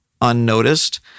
unnoticed